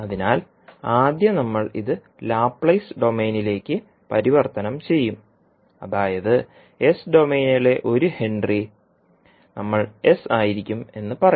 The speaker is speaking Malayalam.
അതിനാൽ ആദ്യം നമ്മൾ ഇത് ലാപ്ലേസ് ഡൊമെയ്നിലേക്ക് പരിവർത്തനം ചെയ്യും അതായത് എസ് ഡൊമെയ്നിലെ 1 ഹെൻറി നമ്മൾ എസ് ആയിരിക്കും എന്ന് പറയും